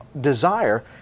desire